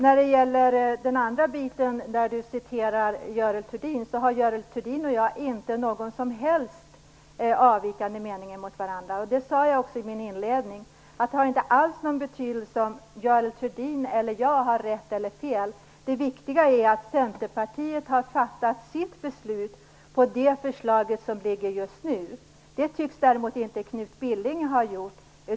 När det gäller den andra biten, där Knut Billing citerar Görel Thurdin, har Görel Thurdin och jag inga som helst mot varandra avvikande meningar. Jag sade också i min inledning att det inte alls har någon betydelse om Görel Thurdin eller jag har rätt eller fel. Det viktiga är att Centerpartiet har fattat sitt beslut utifrån det förslag som föreligger just nu. Det tycks däremot inte Knut Billing ha gjort.